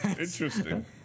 Interesting